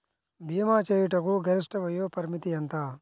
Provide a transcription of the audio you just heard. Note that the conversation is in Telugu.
భీమా చేయుటకు గరిష్ట వయోపరిమితి ఎంత?